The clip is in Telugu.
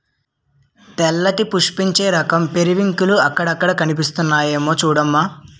తెల్లటి పుష్పించే రకం పెరివింకిల్లు అక్కడక్కడా కనిపిస్తున్నాయమ్మా చూడూ